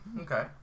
Okay